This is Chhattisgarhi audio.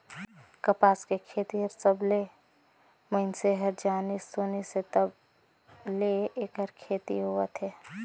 कपसा के खेती हर सबलें मइनसे हर जानिस सुनिस हे तब ले ऐखर खेती होवत हे